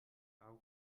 auch